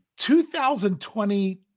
2020